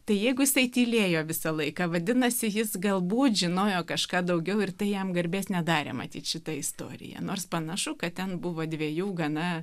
tai jeigu jisai tylėjo visą laiką vadinasi jis galbūt žinojo kažką daugiau ir tai jam garbės nedarė matyt šita istorija nors panašu kad ten buvo dviejų gana